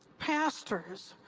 pastors,